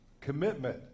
commitment